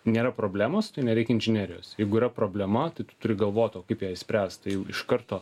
nėra problemos tai nereik inžinerijos jeigu yra problematika tai tu turi galvot o kaip ją išspręst tai jau iš karto